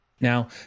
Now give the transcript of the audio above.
Now